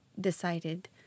decided